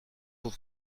pour